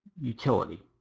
utility